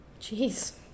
Jeez